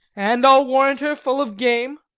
and, i'll warrant her, full of game.